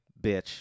bitch